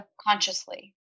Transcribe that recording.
consciously